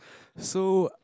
so